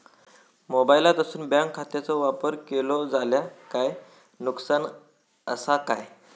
मोबाईलातसून बँक खात्याचो वापर केलो जाल्या काय नुकसान असा काय?